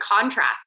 contrast